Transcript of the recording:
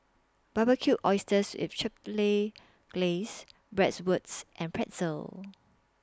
Barbecued Oysters with Chipotle Glaze Bratwurst and Pretzel